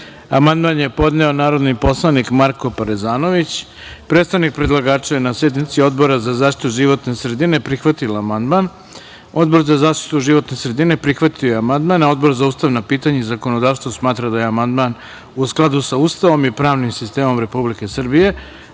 amandman je podneo narodni poslanik Marko Parezanović. Predstavnik predlagača je na sednici Odbora za zaštitu životne sredine prihvatila amandman. Odbor za zaštitu životne sredine prihvatio je amandman, a Odbor za ustavna pitanja i zakonodavstvo smatra da je amandman u skladu sa Ustavom i pravnim sistemom Republike